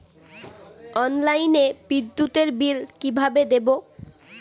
অনলাইনে বিদ্যুতের বিল কিভাবে দেব?